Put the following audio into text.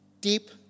deep